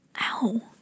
ow